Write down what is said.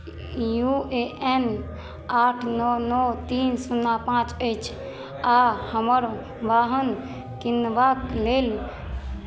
U A N आठ नओ नओ तीन शुन्ना पाँच अछि आ हमर वाहन किनबाक लेल